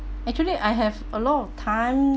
actually I have a lot of time